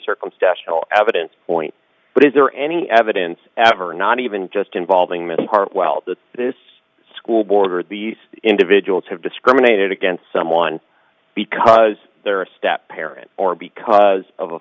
circumstantial evidence point but is there any evidence after not even just involving mr harwell that this school board or these individuals have discriminated against someone because they're a step parent or because of a